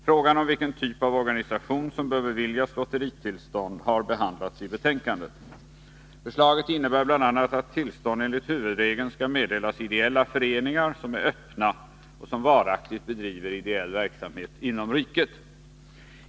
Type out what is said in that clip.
Frågan om vilken typ av organisation som bör beviljas lotteritillstånd har behandlats i betänkandet. Förslaget innebär bl.a. att tillstånd enligt huvudregeln skall meddelas ideella föreningar som är öppna och som varaktigt bedriver ideell verksamhet inom riket.